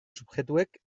subjektuek